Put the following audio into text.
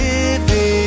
Living